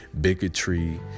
bigotry